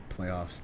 playoffs